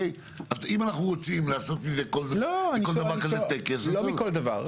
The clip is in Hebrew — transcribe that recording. אם אנחנו רוצים לעשות מכל דבר כזה טקס --- לא מכל דבר,